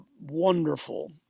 wonderful